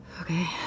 Okay